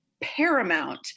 Paramount